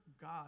God